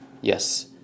yes